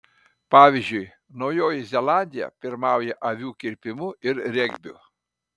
pavyzdžiui naujoji zelandija pirmauja avių kirpimu ir regbiu